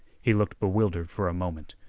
he looked bewildered for a moment.